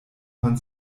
man